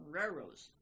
railroads